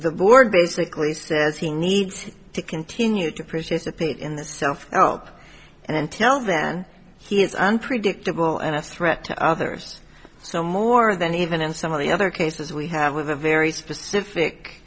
the board basically says he needs to continue to appreciate a pig in the self help and until then he is unpredictable and a threat to others so more than even in some of the other cases we have with a very specific